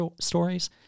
stories